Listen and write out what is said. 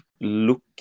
look